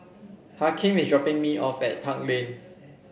Hakim is dropping me off at Park Lane